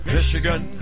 Michigan